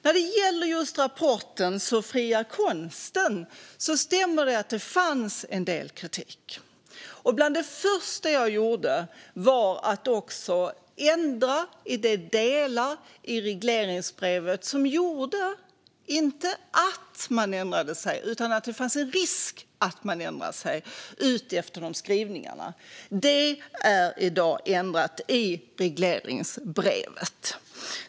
När det gäller rapporten Så fri är konsten stämmer det att det fanns en del kritik. Bland det första jag gjorde var att ändra i de delar i regleringsbrevet som gjorde inte att man ändrade sig utan att det fanns en risk att man ändrade sig efter skrivningarna. Detta är i dag ändrat i regleringsbrevet.